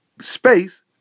space